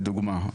לדוגמה.